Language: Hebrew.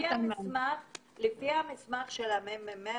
המ.מ.מ